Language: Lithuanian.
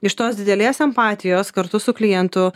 iš tos didelės empatijos kartu su klientu